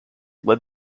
lead